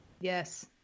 Yes